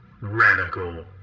Radical